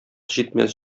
җитмәс